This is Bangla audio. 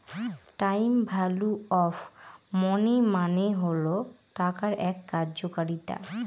টাইম ভ্যালু অফ মনি মানে হল টাকার এক কার্যকারিতা